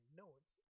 notes